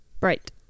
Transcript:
Right